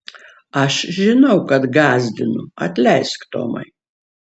aš žinau kad gąsdinu atleisk tomai